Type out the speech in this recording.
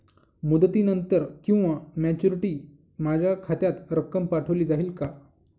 मुदतीनंतर किंवा मॅच्युरिटी माझ्या खात्यात रक्कम पाठवली जाईल का?